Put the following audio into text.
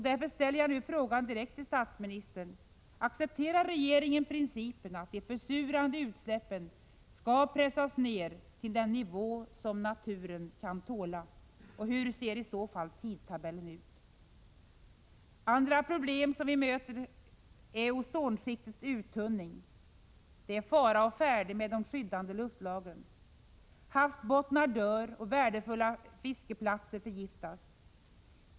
Därför ställer jag nu frågan direkt till statsministern: Accepterar regeringen principen att de försurande utsläppen skall pressas ner till den nivå som naturen kan tåla? Andra problem som vi möter är ozonskiktets uttunning. Det är fara å färde med de skyddande luftlagren. Havsbottnar dör, och värdefulla fiskeplatser förgiftas.